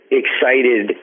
excited